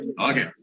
Okay